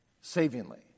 savingly